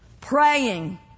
praying